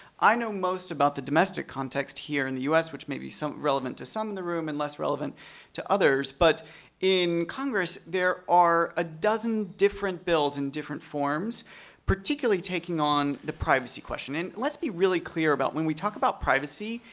i know most about the domestic context here in the u s, which may be relevant to some in the room and less relevant to others, but in congress there are a dozen different bills in different forms particularly taking on the privacy question. and let's be really clear about when we talk about privacy,